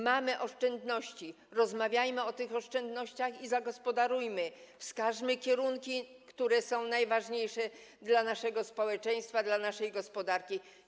Mamy oszczędności, rozmawiajmy o tych oszczędnościach i zagospodarujmy je, wskażmy kierunki, które są najważniejsze dla naszego społeczeństwa, dla naszej gospodarki.